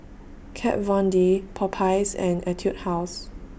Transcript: Kat Von D Popeyes and Etude House